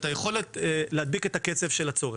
את היכולת להדביק את הקצב של הצורך.